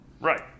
Right